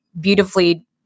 beautifully